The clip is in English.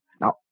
Now